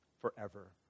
forever